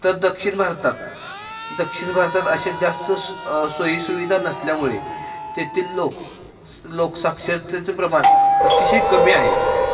तर दक्षिण भारतात दक्षिण भारतात अशा जास्त सोयीसुविधा नसल्यामुळे तेथील लोक लोक साक्षरतेचं प्रमाण अतिशय कमी आहे